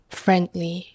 friendly